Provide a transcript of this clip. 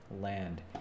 land